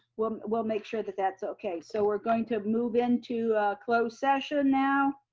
we'll we'll make sure that that's okay. so we're going to move into closed session now.